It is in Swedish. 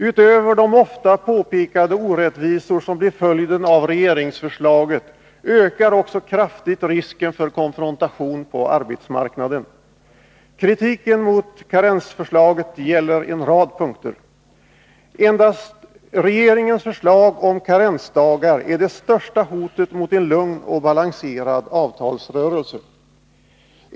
Utöver de ofta påpekade orättvisor som blir följden av regeringsförslaget ökar också kraftigt risken för konfrontation på arbetsmarknaden. Kritiken mot karensförslaget gäller en rad punkter: Regeringens förslag om karensdagar är det största hotet mot en lugn och balanserad avtalsrörelse.